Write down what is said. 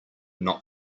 not